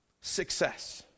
success